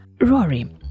Rory